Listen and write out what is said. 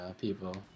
people